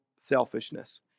selfishness